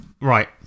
Right